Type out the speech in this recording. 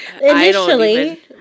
Initially